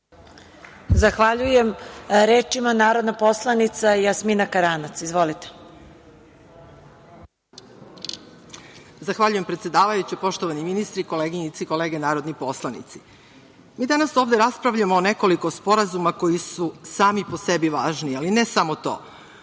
Zahvaljujem. Reč ima narodna poslanica Jasmina Karanac. Izvolite. **Jasmina Karanac** Zahvaljujem, predsedavajuća, poštovani ministri, koleginice i kolege narodni poslanici. Mi danas ovde raspravljamo o nekoliko sporazuma koji su sami po sebi važni, ali ne samo to.